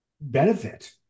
benefit